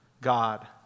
God